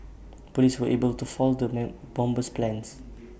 Police were able to foil the bomber's plans